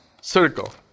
circle